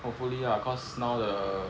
hopefully lah cause now the